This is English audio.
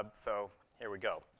um so here we go.